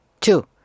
Two